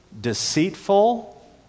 deceitful